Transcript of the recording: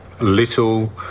little